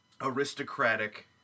aristocratic